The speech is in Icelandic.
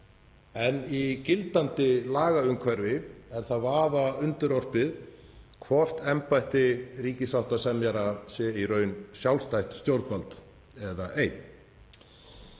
en í gildandi lagaumhverfi er það vafa undirorpið hvort embætti ríkissáttasemjara sé í raun sjálfstætt stjórnvald eður ei.